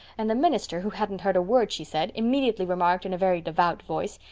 and the minister, who hadn't heard a word she said, immediately remarked, in a very devout voice,